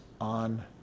on